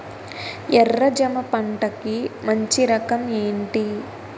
ఎర్ర జమ పంట కి మంచి రకం ఏంటి?